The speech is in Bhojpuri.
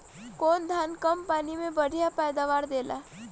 कौन धान कम पानी में बढ़या पैदावार देला?